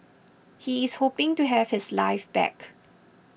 he is hoping to have his life back